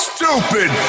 Stupid